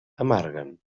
amarguen